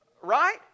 right